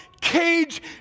cage